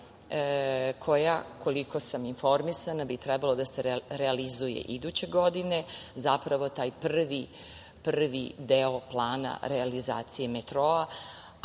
koja, koliko sam informisana, bi trebalo da se realizuje iduće godine, zapravo, taj prvi deo plana realizacije metroa.